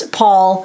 paul